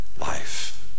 life